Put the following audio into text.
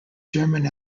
german